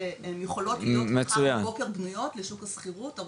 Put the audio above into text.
שהן יכולות להיות מחר בבוקר בנויות לשוק השכירות.